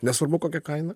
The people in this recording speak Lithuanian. nesvarbu kokia kaina